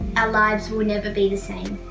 our lives will never be the same.